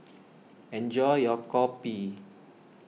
enjoy your Kopi